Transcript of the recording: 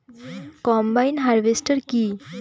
Combine harvester কি?